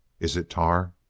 is it tar?